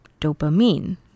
dopamine